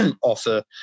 offer